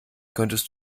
könntest